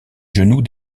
genoux